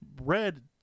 Red